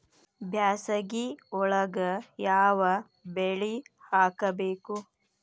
ಬ್ಯಾಸಗಿ ಒಳಗ ಯಾವ ಬೆಳಿ ಹಾಕಬೇಕು?